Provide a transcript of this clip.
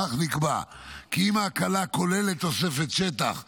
כך, נקבע כי אם ההקלה כוללת תוספת שטח כאמור,